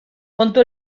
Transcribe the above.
kontu